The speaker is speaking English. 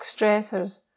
stressors